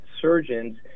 surgeons